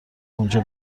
اونجا